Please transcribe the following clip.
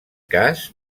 cas